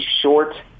short